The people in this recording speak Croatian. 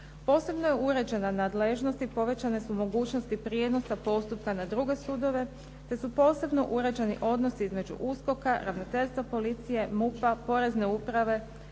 Posebno je uređena nadležnost i povećane su mogućnosti prijenosa postupka na druge sudove te su posebno uređeni odnosi između USKOK-a, Ravnateljstva policije, MUP-a, Porezne uprave,